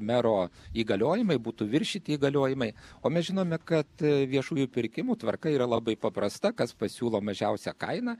mero įgaliojimai būtų viršyti įgaliojimai o mes žinome kad viešųjų pirkimų tvarka yra labai paprasta kas pasiūlo mažiausią kainą